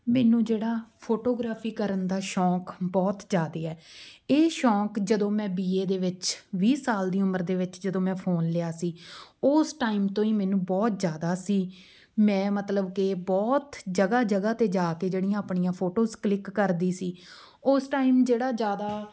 ਮੈਨੂੰ ਜਿਹੜਾ ਫ਼ੋਟੋਗ੍ਰਾਫ਼ੀ ਕਰਨ ਦਾ ਸ਼ੌਕ ਬਹੁਤ ਜ਼ਿਆਦਾ ਹੈ ਇਹ ਸ਼ੌਕ ਜਦੋਂ ਮੈਂ ਬੀ ਏ ਦੇ ਵਿੱਚ ਵੀਹ ਸਾਲ ਦੀ ਉਮਰ ਦੇ ਵਿੱਚ ਜਦੋਂ ਮੈਂ ਫ਼ੋਨ ਲਿਆ ਸੀ ਉਸ ਟਾਈਮ ਤੋਂ ਹੀ ਮੈਨੂੰ ਬਹੁਤ ਜ਼ਿਆਦਾ ਸੀ ਮੈਂ ਮਤਲਬ ਕਿ ਬਹੁਤ ਜਗ੍ਹਾ ਜਗ੍ਹਾ 'ਤੇ ਜਾ ਕੇ ਜਿਹੜੀਆਂ ਆਪਣੀਆਂ ਫੋਟੋਜ਼ ਕਲਿੱਕ ਕਰਦੀ ਸੀ ਉਸ ਟਾਈਮ ਜਿਹੜਾ ਜ਼ਿਆਦਾ